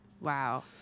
Wow